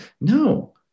No